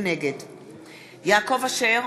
נגד יעקב אשר,